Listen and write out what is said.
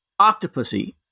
Octopussy